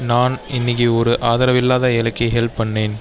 நான் இன்னிக்கு ஒரு ஆதரவில்லாத ஏழைக்கு ஹெல்ப் பண்ணேன்